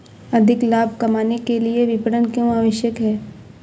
अधिक लाभ कमाने के लिए विपणन क्यो आवश्यक है?